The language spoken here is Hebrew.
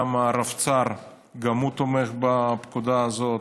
גם הרבצ"ר תומך בפקודה הזאת,